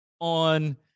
on